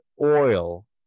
oil